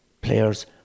players